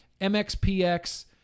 MXPX